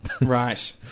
Right